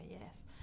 yes